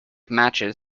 matches